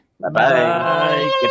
Bye-bye